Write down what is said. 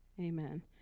Amen